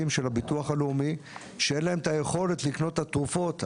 של הביטוח הלאומי שאין להם את היכולת לקנות את התרופות היומיומיות,